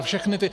Všechny ty...